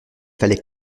fallait